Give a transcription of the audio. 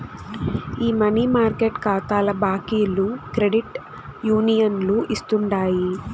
ఈ money market కాతాల బాకీలు క్రెడిట్ యూనియన్లు ఇస్తుండాయి